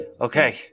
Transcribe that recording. Okay